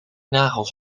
nagels